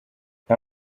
nta